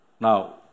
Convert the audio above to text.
Now